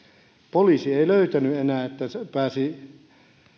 poliisi ei löytänyt enää mitään että se pääsi